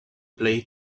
play